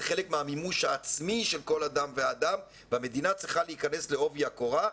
זה חלק מהמימוש העצמי של כל אדם ואדם והמדינה צריכה להיכנס לעובי הקורה,